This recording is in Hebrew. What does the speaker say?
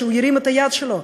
שהוא ירים את היד שלו,